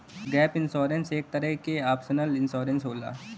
gap insurance एक तरे क ऑप्शनल इंश्योरेंस होला